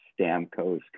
Stamkos